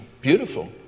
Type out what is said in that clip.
Beautiful